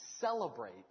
celebrate